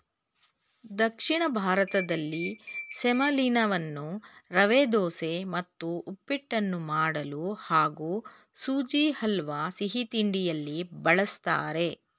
ದಕ್ಷಿಣ ಭಾರತದಲ್ಲಿ ಸೆಮಲೀನವನ್ನು ರವೆದೋಸೆ ಮತ್ತು ಉಪ್ಪಿಟ್ಟನ್ನು ಮಾಡಲು ಹಾಗೂ ಸುಜಿ ಹಲ್ವಾ ಸಿಹಿತಿಂಡಿಯಲ್ಲಿ ಬಳಸ್ತಾರೆ